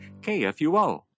KFUO